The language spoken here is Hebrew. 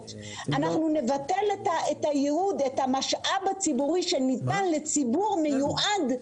ואנחנו נבטל את המשאב הציבורי שניתן לציבור מיועד,